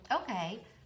okay